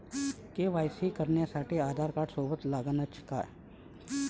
KYC करासाठी आधारकार्ड सोबत लागनच का?